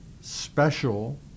special